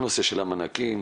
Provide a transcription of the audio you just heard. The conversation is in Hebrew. נושא המענקים,